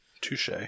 Touche